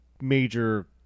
major